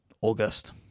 August